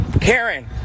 Karen